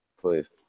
Please